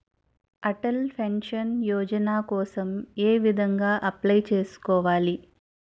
Atal pension Yojana కోసం ఏ విధంగా అప్లయ్ చేసుకోవాలి?